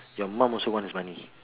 your mum also wants money